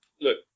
Look